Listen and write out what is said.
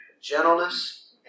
gentleness